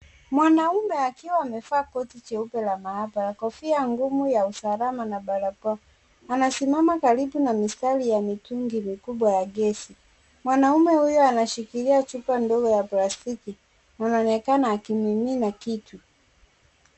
Mwanaume akiwa amevaa koti jeupe la maabara, kofia ngumu ya usalama na barakoa. Wanasimama karibu na mistari ya mitungi mikubwa ya gesi. Mwanaume huyo anashikilia chupa ndogo ya plastiki na anaonekana akimimina kitu.